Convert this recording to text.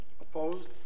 opposed